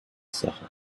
sache